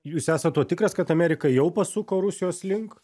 jūs esat tuo tikras kad amerika jau pasuko rusijos link